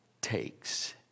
takes